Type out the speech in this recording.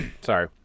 Sorry